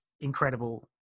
incredible